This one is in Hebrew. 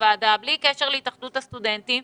כוועדה וללא קשר להתאחדות הסטודנטים.